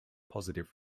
positive